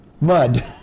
mud